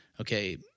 Okay